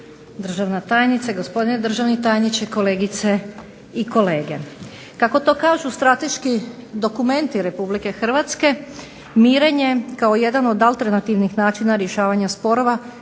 državna tajnice, gospodine državni tajniče, kolegice i kolege. Kako to kažu strateški dokumenti RH mirenje kao jedan od alternativnih načina rješavanja sporova